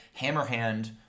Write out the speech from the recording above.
Hammerhand